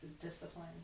discipline